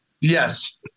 Yes